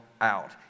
out